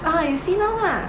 ah you see now lah